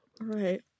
Right